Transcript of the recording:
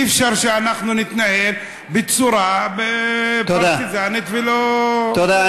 אי-אפשר שאנחנו נתנהל בצורה פרטיזנית ולא, תודה.